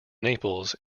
naples